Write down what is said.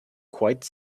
quite